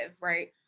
right